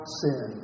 sin